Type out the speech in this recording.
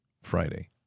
Friday